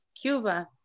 Cuba